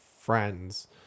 friends